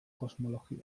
kosmologia